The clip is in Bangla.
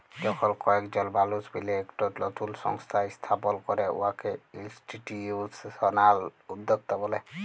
যখল কয়েকজল মালুস মিলে ইকট লতুল সংস্থা ইস্থাপল ক্যরে উয়াকে ইলস্টিটিউশলাল উদ্যক্তা ব্যলে